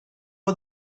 are